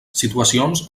situacions